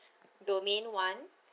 domain one